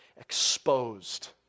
exposed